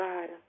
God